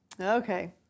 Okay